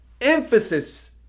Emphasis